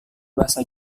bahasa